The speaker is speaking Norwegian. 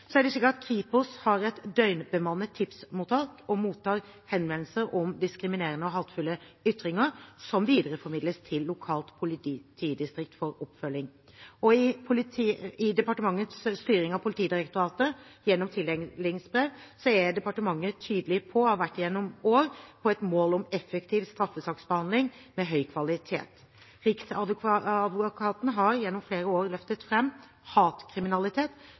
Kripos har et døgnbemannet tipsmottak og mottar henvendelser om diskriminerende og hatefulle ytringer som videreformidles til lokalt politidistrikt for oppfølging. I departementets styring av Politidirektoratet gjennom tildelingsbrev er departementet tydelig på, og har vært det gjennom år, et mål om effektiv straffesaksbehandling med høy kvalitet. Riksadvokaten har gjennom flere år løftet fram hatkriminalitet